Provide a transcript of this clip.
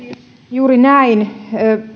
juuri näin